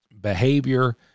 behavior